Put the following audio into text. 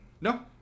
No